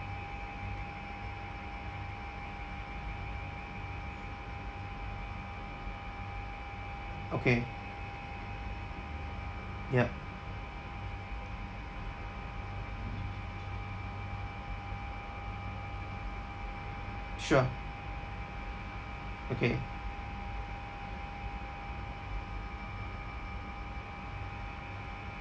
okay ya sure okay